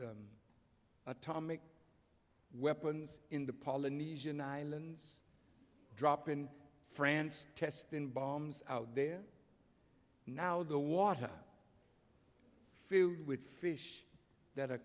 atomic weapons in the polynesian islands drop in france test in bombs out there now the water filled with fish that are